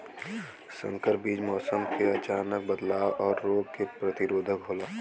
संकर बीज मौसम क अचानक बदलाव और रोग के प्रतिरोधक होला